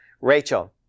rachel